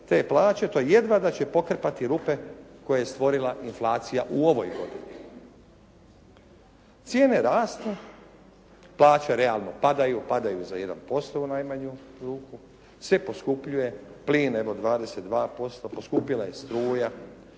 te plaće to je jedva da će pokrpati rupe koje je stvorila inflacija u ovoj godini. Cijene rastu, plaće realno padaju, padaju za 1% u najmanju ruku, sve poskupljuje, plin evo 22%, poskupila se struja.